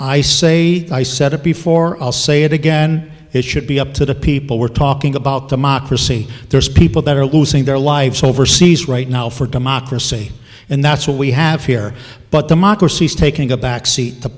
i say i said it before i'll say it again it should be up to the people we're talking about democracy there's people that are losing their lives overseas right now for democracy and that's what we have here but democracy is taking a backseat t